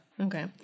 Okay